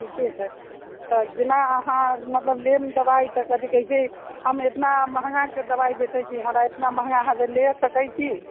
ई की हय तऽ जेना अहाँ मतलब लेब ने दवाइ तऽ कथी कहैत छै हम एतना महँगाके दवाइ बेचैत छी हमरा एतना महँगा अहाँ ले सकैत छी